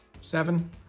seven